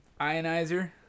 Ionizer